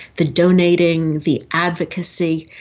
the donating, the advocacy,